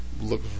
Look